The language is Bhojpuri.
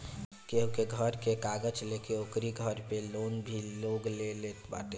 केहू के घर के कागज लेके ओकरी घर पे लोन भी लोग ले लेत बाटे